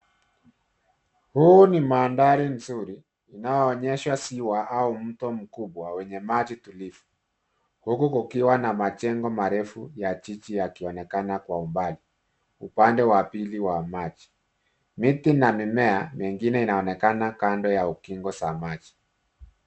Huu ni mandhari nzuri inayoonyeshwa ziwa au mto mkubwa wenye maji tulivu, huku kukiwa na majengo marefu ya jiji yakionekana kwa umbali, upande wa pili wa maji. Miti na mimea mengine inaonekana kando ya ukingo za maji.